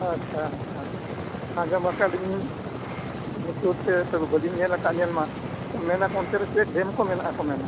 ᱟᱪᱪᱷᱟ ᱟᱪᱪᱷᱟ ᱟᱸᱡᱚᱢ ᱟᱠᱟᱜ ᱞᱤᱧ ᱞᱩᱛᱩᱨᱛᱮ ᱫᱚᱵᱮ ᱵᱟᱹᱞᱤᱧ ᱧᱮᱞ ᱠᱟᱜᱼᱟ ᱧᱮᱞᱢᱟ ᱢᱮᱱᱟ ᱠᱚ ᱚᱱᱛᱮ ᱨᱮ ᱪᱮᱫ ᱰᱮᱢ ᱠᱚ ᱢᱮᱱᱟ ᱢᱮᱱᱟ